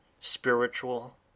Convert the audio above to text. spiritual